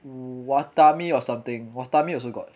watame or something watame also got